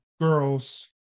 girls